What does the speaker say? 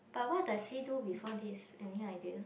but what does he do before this any idea